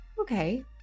okay